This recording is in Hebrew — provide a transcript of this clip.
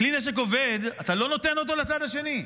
כשכלי נשק עובד, אתה לא נותן אותו לצד השני.